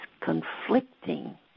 conflicting